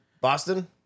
Boston